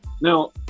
Now